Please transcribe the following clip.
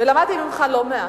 ולמדתי ממך לא מעט,